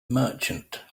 merchant